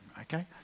okay